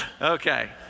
Okay